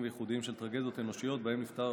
וייחודיים של טרגדיות אנושיות שבהן נפטר